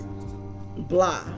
blah